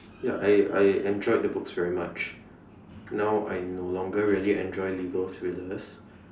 ya I I enjoyed the books very much now I no longer really enjoy legal thrillers